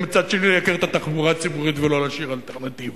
ומצד שני לייקר את התחבורה הציבורית ולא להשאיר אלטרנטיבה.